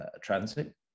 Transit